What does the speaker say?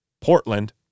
Portland